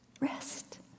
rest